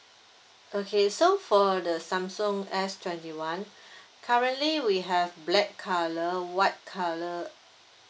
okay so for the samsung S twenty one currently we have black colour white colour